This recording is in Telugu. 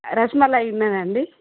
రస్మలై ఉంద అండి